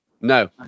No